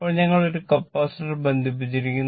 ഇപ്പോൾ ഞങ്ങൾ ഒരു കപ്പാസിറ്റർ ബന്ധിപ്പിച്ചിരിക്കുന്നു